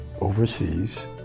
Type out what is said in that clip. overseas